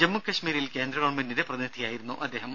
ജമ്മുകശ്മീരിൽ കേന്ദ്രഗവൺമെന്റിന്റെ പ്രതിനിധിയായിരുന്നു അദ്ദേഹം